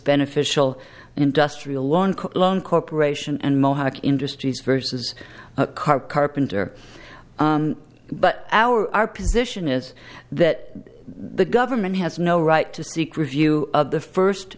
beneficial industrial one loan corporation and mohawk industries versus a car carpenter but our position is that the government has no right to seek review of the first